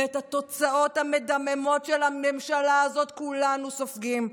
ואת התוצאות המדממות של הממשלה הזאת כולנו סופגים,